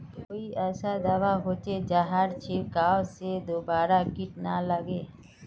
कोई ऐसा दवा होचे जहार छीरकाओ से दोबारा किट ना लगे?